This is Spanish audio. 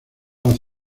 las